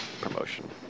promotion